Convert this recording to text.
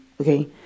Okay